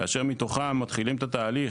כאשר מתוכם את התהליך,